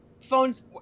phones